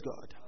God